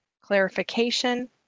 clarification